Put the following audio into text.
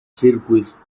circuit